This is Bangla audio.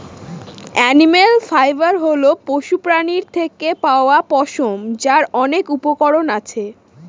এনিম্যাল ফাইবার হল পশুপ্রাণীর থেকে পাওয়া পশম, যার অনেক উপকরণ আছে